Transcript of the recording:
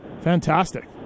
fantastic